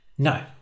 No